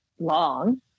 long